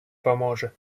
поможе